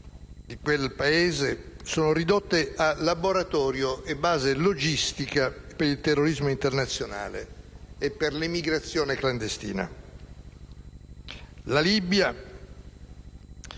di quel Paese sono ridotte a laboratorio e base logistica per il terrorismo internazionale e per l'emigrazione clandestina. La Libia